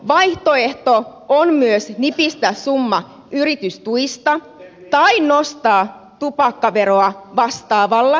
vaihtoehto on myös nipistää summa yritystuista tai nostaa tupakkaveroa vastaavalla summalla